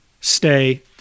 Stay